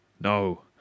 No